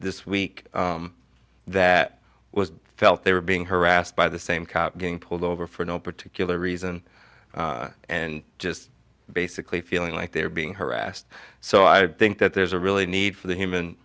this week that was felt they were being harassed by the same cat getting pulled over for no particular reason and just basically feeling like they're being harassed so i think that there's a really need for the human